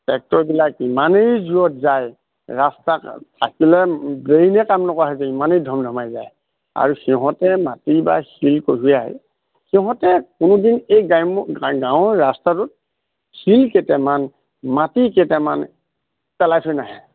ট্ৰেক্টৰবিলাক ইমানেই জোৰত যায় ৰাস্তা থাকিলে ব্ৰেইণই কাম নকৰা হৈ যায় ইমানেই ধমধমাই যায় আৰু সিহঁতে মাটি বা শিল কঢ়াই সিহঁতে কোনোদিন এই গ্ৰাম্য় গাঁৱৰ ৰাস্তাটোত শিল কেইটামান মাটি কেইটামান পেলাই থৈ নাহে